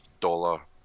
dollar